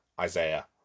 Isaiah